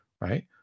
right